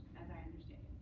as i understand